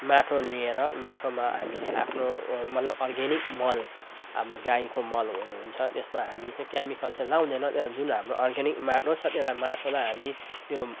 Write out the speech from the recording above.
माटो लिएर माटोमा हामीले आफ्नो मतलब अर्ग्यानिक मल अब गाईको मलहरू हुन्छ त्यसमा हामी चाहिँ केमिकल चाहिँ लगाउँदैनौँ अब जुन हाम्रो अर्ग्यानिक माटो छ त्यसलाई माटोलाई हामी त्यो